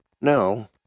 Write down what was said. No